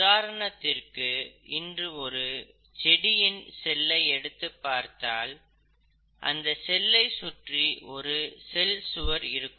உதாரணத்திற்கு இன்று ஒரு செடியின் செல்லை எடுத்து பார்த்தால் அந்த செல்லை சுற்றி ஒரு செல் சுவர் இருக்கும்